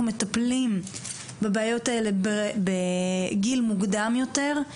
מטפלים בבעיות האלה בגיל מוקדם יותר,